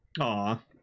Aw